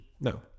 No